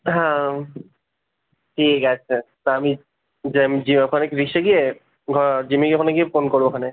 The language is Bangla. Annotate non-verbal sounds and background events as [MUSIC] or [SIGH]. হ্যাঁম ঠিক আছে তা আমি যা যেয়ে ওখানে [UNINTELLIGIBLE] গিয়ে জিমের ওখানে গিয়ে ফোন করবো ওখানে